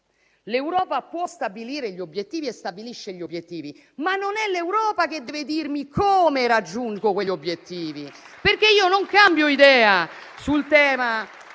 L'Europa può stabilire gli obiettivi e stabilisce gli obiettivi, ma non è l'Europa che deve dirmi come raggiungo quegli obiettivi, perché io non cambio idea sul tema